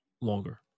longer